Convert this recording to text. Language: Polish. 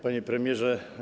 Panie Premierze!